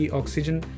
oxygen